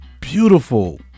beautiful